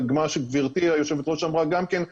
מה שגברתי היו"ר אמרה גם כן,